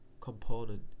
component